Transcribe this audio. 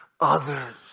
others